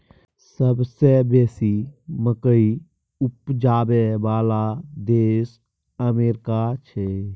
सबसे बेसी मकइ उपजाबइ बला देश अमेरिका छै